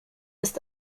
ist